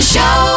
Show